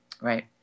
right